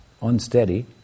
unsteady